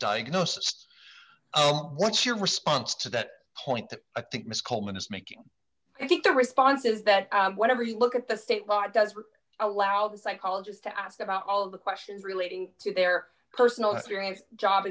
diagnosis what's your response to that point that i think miss coleman is making i think the response is that whenever you look at the state law does allow the psychologist to ask about all of the questions relating to their personal experience job